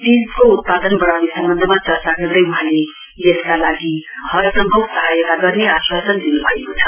चीजको उत्पादन वढाउने सम्वन्धमा चर्चा गर्दै वहाँले यसका लागि हरसम्भव सहायता गर्ने आश्वास दिनुभएको छ